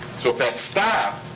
so if that stopped,